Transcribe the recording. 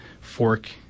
fork